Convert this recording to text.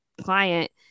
client